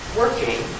working